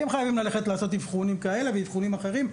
כי הם חייבים ללכת לעשות אבחונים כאלה ואבחונים אחרים,